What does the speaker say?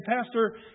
Pastor